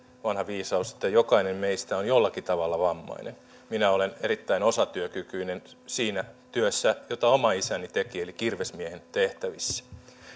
vanha viisaus että jokainen meistä on jollakin tavalla vammainen minä olen erittäin osatyökykyinen siinä työssä jota oma isäni teki eli kirvesmiehen tehtävissä